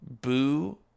boo